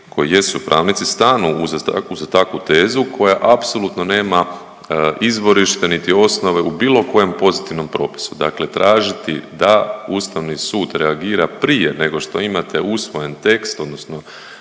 koji jesu pravnicu stanu uza takvu tezu koja apsolutno nema izvorište niti osnove u bilo kojem pozitivnom propisu. Dakle, tražiti da Ustavni sud reagira prije nego što imate usvojen tekst odnosno